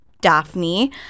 Daphne